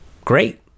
Great